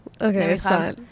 okay